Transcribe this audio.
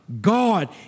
God